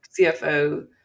CFO